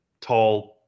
tall